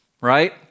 right